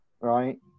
right